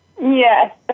Yes